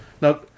Now